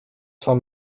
von